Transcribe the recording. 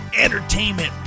entertainment